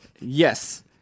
Yes